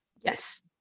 Yes